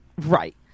right